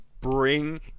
bring